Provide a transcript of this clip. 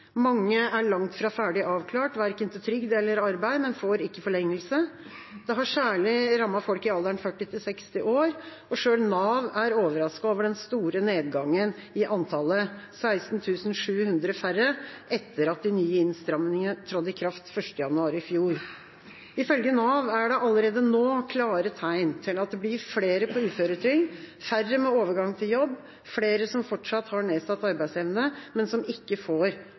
Mange er langt fra ferdig avklart til verken trygd eller arbeid, men får ikke forlengelse. Det har særlig rammet folk i alderen 40–60 år, og selv Nav er overrasket over den store nedgangen i antallet – 16 700 færre – etter at de nye innstramningene trådte i kraft 1. januar i fjor. Ifølge Nav er det allerede nå klare tegn til at det blir flere på uføretrygd, færre med overgang til jobb, flere som fortsatt har nedsatt arbeidsevne, men som ikke får